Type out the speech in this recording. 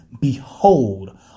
Behold